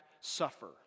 suffer